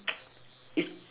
if